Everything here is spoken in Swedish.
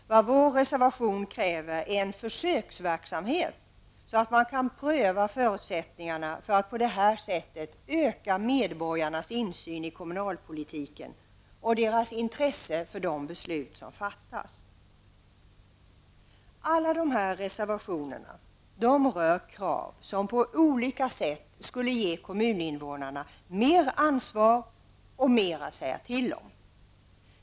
Vad vår reservation kräver är genomförandet av en försöksverksamhet, som gör det möjligt att pröva förutsättningarna för att på detta sätt öka medborgarnas insyn i kommunalpolitiken och deras intresse för de beslut som fattas. Alla de här reservationerna rör krav som på olika sätt skulle ge kommuninvånarna mer ansvar och mer att säga till om.